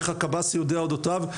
איך הקב"ס יודע אודותיו.